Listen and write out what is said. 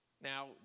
Now